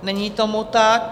Není tomu tak.